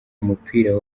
umupira